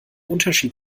unterschied